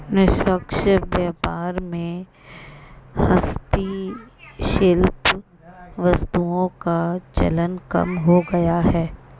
निष्पक्ष व्यापार में हस्तशिल्प वस्तुओं का चलन कम हो गया है